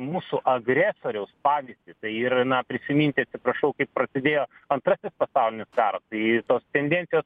mūsų agresoriaus pavyzdį tai yra na prisiminti atsiprašau kaip prasidėjo antrasis pasaulinis karas tai tos tendencijos